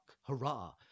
Hurrah